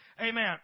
Amen